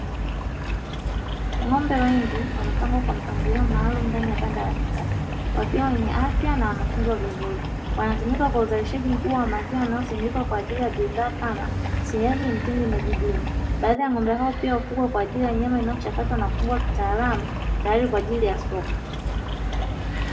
Ngo'mbe wengi wamepangwa kwa mpangilio maalumu ndani ya banda la kisasa, wakiwa wenye afya na wanatunzwa vizuri, wanatumika kwa uzalishaji mkubwa wa mazao yanayosindikwa kwa ajili ya bidhaa kama siagi, mtindi na jibini, baadhi ya ngo'mbe hao pia kupikwa kwa ajili ya nyama inayochakatwa na kufugwa kitaalamu tayari kwa ajili ya soko.